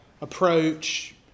approach